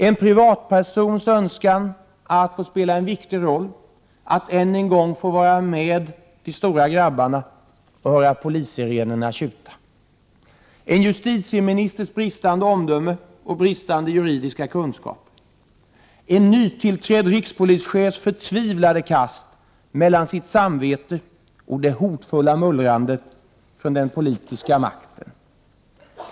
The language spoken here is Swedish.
En privatpersons önskan att få spela en viktig roll, att än en gång få vara med de stora grabbarna och höra polissirenerna tjuta. En justitieministers bristande omdöme och bristande juridiska kunskaper. En nytillträdd rikspolischefs förtvivlade kast mellan sitt samvete och det hotfulla mullrandet från den politiska makten.